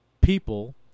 people